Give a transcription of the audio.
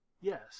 yes